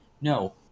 No